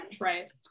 Right